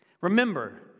Remember